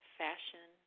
fashion